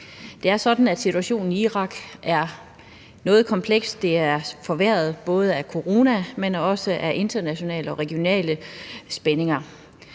Det er sådan, at situationen i Irak er noget kompleks; den er forværret både af corona, men også af internationale og regionale spændinger.